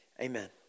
Amen